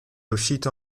uscito